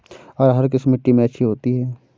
अरहर किस मिट्टी में अच्छी होती है?